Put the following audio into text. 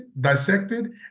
dissected